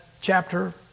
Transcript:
chapter